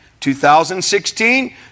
2016